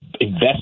invest